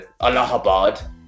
Allahabad